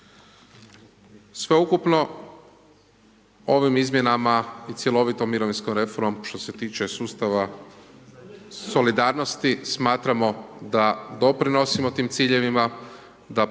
Sveukupno ovim izmjenama i cjelovitom mirovinskom reformom što se tiče sustava solidarnosti smatramo da doprinosimo tim ciljevima da